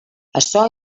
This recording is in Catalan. açò